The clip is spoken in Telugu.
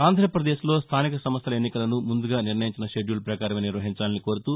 ఆంధ్రాప్రదేశ్లో స్టానిక సంస్థల ఎన్నికలను ముందుగా నిర్ణయించిన షెడ్యూల్ పకారమే నిర్వహించాలని కోరుతూ